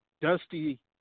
Dusty